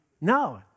No